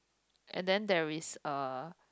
and then there is uh